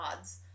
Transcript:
odds